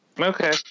Okay